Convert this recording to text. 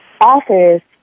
office